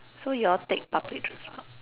so you all take public transport